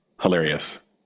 hilarious